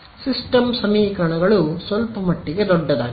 system ಸಮೀಕರಣಗಳು ಸ್ವಲ್ಪಮಟ್ಟಿಗೆ ದೊಡ್ಡದಾಗಿದೆ